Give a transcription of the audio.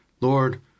Lord